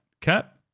Cap